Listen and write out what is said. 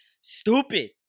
Stupid